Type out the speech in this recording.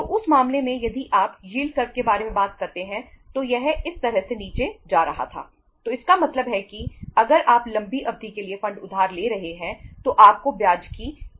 तो उस मामले में यदि आप यील्ड कर्व उधार ले रहे हैं तो आपको ब्याज की कम दर चुकानी होगी